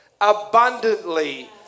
abundantly